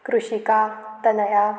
कृषिका Tanaya